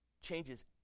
changes